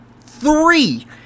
three